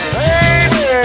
baby